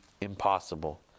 impossible